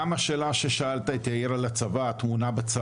אז גם המפגש הזה איתם התפרק,